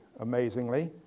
amazingly